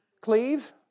Cleve